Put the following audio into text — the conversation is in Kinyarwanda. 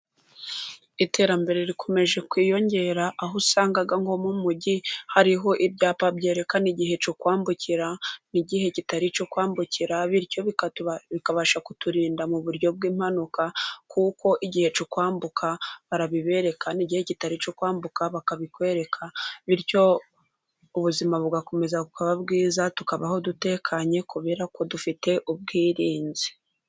Iterambere rikomeje kwiyongera, aho usanga nko mu mujyi hariho ibyapa byerekana igihe cyo kwambukira n'igihe kitari icyo kwambukira. Bityo bikabasha kuturinda mu buryo bw'impanuka, kuko igihe cyo kwambuka barabibereka n' igihe kitari icyo kwambuka bakabikwereka, bityo ubuzima bugakomeza bukaba bwiza, tukabaho dutekanye kubera ko dufite ubwirinzi.